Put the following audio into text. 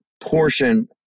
portion